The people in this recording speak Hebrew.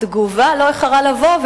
התגובה לא איחרה לבוא.